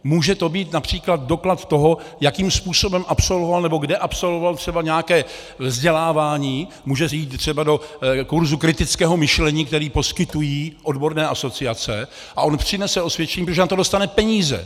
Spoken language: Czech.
Může to být například doklad toho, jakým způsobem absolvoval nebo kde absolvoval třeba nějaké vzdělávání, může jít třeba do kurzu kritického myšlení, který poskytují odborné asociace, a on přinese osvědčení, protože na to dostane peníze.